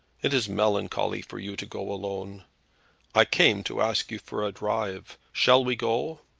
it is melancholy for you to go alone i came to ask you for a drive. shall we go?